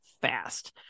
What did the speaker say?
fast